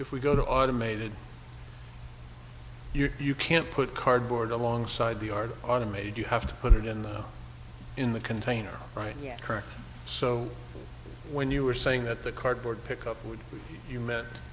if we go to automated you can't put cardboard alongside the art automated you have to put it in the in the container right yet correct so when you were saying that the cardboard pickup would you meant